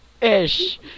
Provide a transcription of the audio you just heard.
Ish